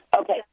Okay